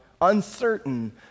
uncertain